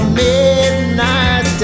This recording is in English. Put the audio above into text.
midnight